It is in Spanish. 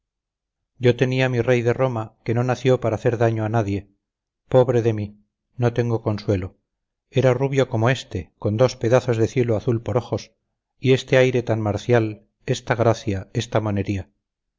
yo tenía mi rey de roma que no nació para hacer daño a nadie pobre de mí no tengo consuelo era rubio como este con dos pedazos de cielo azul por ojos y este aire tan marcial esta gracia esta monería